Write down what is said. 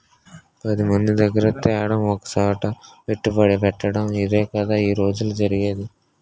పదిమంది దగ్గిర తేడం ఒకసోట పెట్టుబడెట్టటడం ఇదేగదా ఈ రోజుల్లో జరిగేది